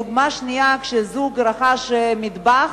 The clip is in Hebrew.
דוגמה שנייה: זוג רכש מטבח